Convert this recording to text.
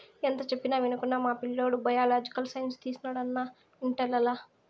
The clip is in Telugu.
ఎంత చెప్పినా వినకుండా మా పిల్లోడు బయలాజికల్ సైన్స్ తీసినాడు అన్నా ఇంటర్లల